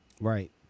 Right